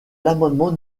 l’amendement